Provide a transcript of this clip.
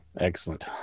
Excellent